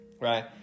right